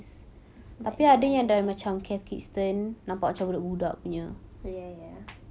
ya ya ya